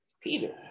Peter